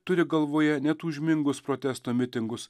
turi galvoje ne tūžmingus protesto mitingus